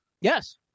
Yes